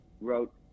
wrote